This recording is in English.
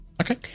Okay